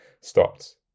stopped